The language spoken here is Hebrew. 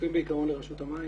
כפופים בעיקרון לרשות המים